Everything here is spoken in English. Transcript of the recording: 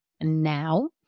now